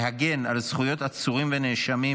ליבאי פעל להגן על זכויות עצורים ונאשמים,